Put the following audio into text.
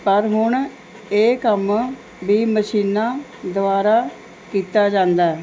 ਪਰ ਹੁਣ ਇਹ ਕੰਮ ਵੀ ਮਸ਼ੀਨਾਂ ਦੁਆਰਾ ਕੀਤਾ ਜਾਂਦਾ